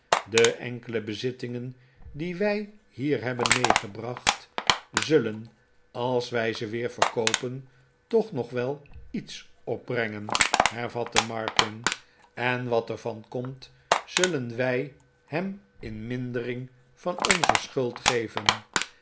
de enkele bezittingen die wij hier hebben meegebracht zullen als wij ze weer verkoopen toch nog wel iets opbrengen hervatte martin en wat er van komt zullen wij hem in mindering van onze schuld geven